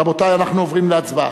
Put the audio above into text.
רבותי, אנחנו עוברים להצבעה.